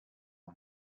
one